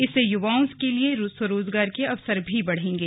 इससे युवाओं के लिए स्वरोजगार के अवसर बढ़ेंगे